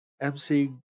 MC